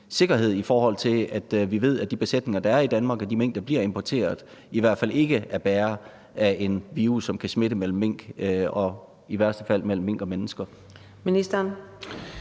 sikkerhed, i forhold til at vi ved, at de besætninger, der er i Danmark, og de mink, der bliver importeret, i hvert fald ikke er bærere af en virus, som kan smitte mellem mink og i værste fald mellem mink og mennesker.